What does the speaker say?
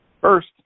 first